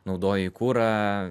naudoji kurą